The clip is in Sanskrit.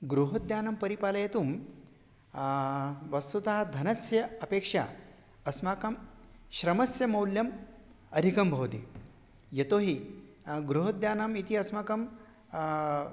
गृहोद्यानं परिपालयतुं वस्तुतः धनस्य अपेक्षा अस्माकं श्रमस्य मौल्यम् अधिकं भवति यतोहि गृहोद्यानम् इति अस्माकं